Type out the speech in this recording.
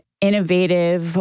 innovative